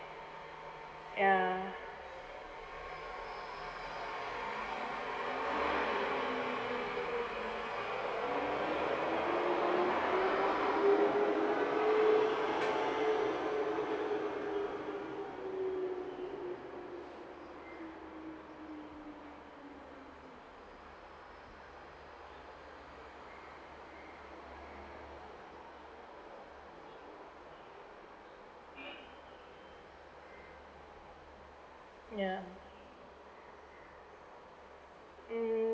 ya ya mm